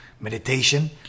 meditation